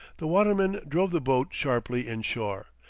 the watermen drove the boat sharply inshore,